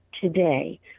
today